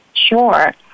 Sure